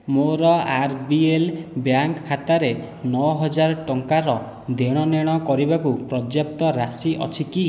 ମୋର R B L bank ଖାତାରେ ନଅ ହଜାର ଟଙ୍କାର ଦେଣନେଣ କରିବାକୁ ପର୍ଯ୍ୟାପ୍ତ ରାଶି ଅଛି କି